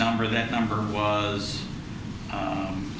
number that number was